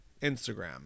Instagram